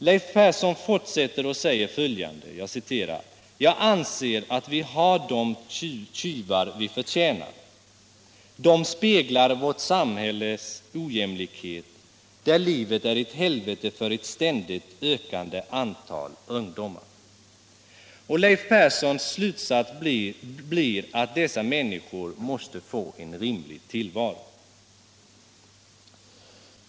Leif Persson fortsätter och säger följande: ”Jag anser att vi har dom tjuvar vi förtjänar, de speglar vårt samhälles ojämlikhet där livet är ett helvete för ett ständigt ökande antal ungdomar.” Leif Perssons slutsats blir att dessa människor måste få en rimlig tillvaro.